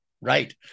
right